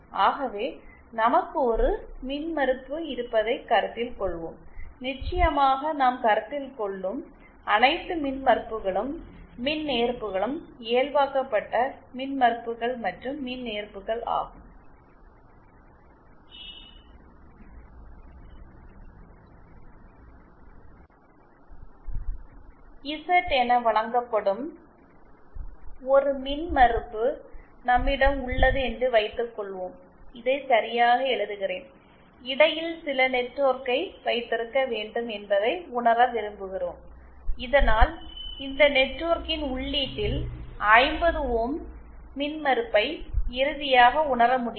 ஆகவே நமக்கு ஒரு மின்மறுப்பு இருப்பதைக் கருத்தில் கொள்வோம் நிச்சயமாக நாம் கருத்தில் கொள்ளும் அனைத்து மின்மறுப்புகளும் மின்ஏற்புகளும் இயல்பாக்கப்பட்ட மின்மறுப்புகள் மற்றும் மின்ஏற்புகள் ஆகும் இசட் என வழங்கப்படும் ஒரு மின்மறுப்பு நம்மிடம் உள்ளது என்று வைத்துக்கொள்வோம் இதை சரியாக எழுதுகிறேன் இடையில் சில நெட்வொர்க்கை வைத்திருக்க வேண்டும் என்பதை உணர விரும்புகிறோம் இதனால் இந்த நெட்வொர்க்கின் உள்ளீட்டில் 50 ஓம்ஸ் மின்மறுப்பை இறுதியாக உணர முடியும்